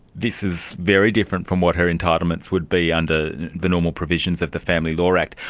this is very different from what her entitlements would be under the normal provisions of the family law act.